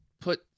put